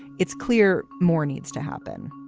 it's clear more needs to happen.